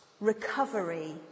recovery